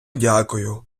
дякую